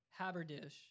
Haberdish